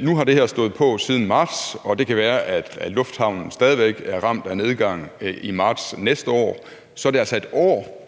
Nu har det her stået på siden marts, og det kan være, at lufthavnen stadig væk er ramt af nedgang i marts til næste år, og så vil det altså være